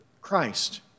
Christ